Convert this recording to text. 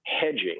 hedging